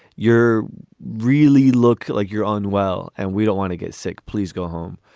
you're really look like you're on well and we don't want to get sick. please go home.